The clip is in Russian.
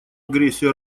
агрессию